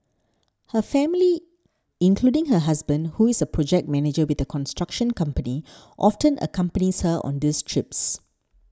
her family including her husband who is a project manager with a construction company often accompanies her on these trips